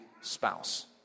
spouse